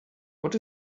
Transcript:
what